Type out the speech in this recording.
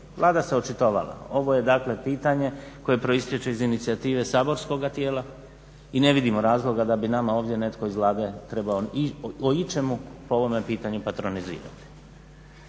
Vlada se očitovala, ovo je dakle pitanje koje proistječe iz inicijative saborskog tijela i ne vidimo razloga da bi nama ovdje netko iz Vlade trebao o ičemu po ovome pitanju patronizirati.